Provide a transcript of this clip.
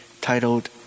titled